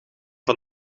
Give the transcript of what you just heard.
van